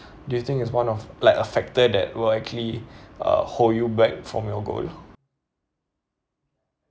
do you think is one of like a factor that will actually uh hold you back from your goal